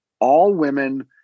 all-women